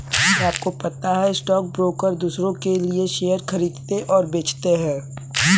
क्या आपको पता है स्टॉक ब्रोकर दुसरो के लिए शेयर खरीदते और बेचते है?